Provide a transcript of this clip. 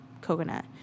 coconut